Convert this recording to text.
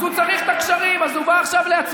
אז הוא צריך את הקשרים, אז הוא בא עכשיו להצביע.